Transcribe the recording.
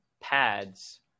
pads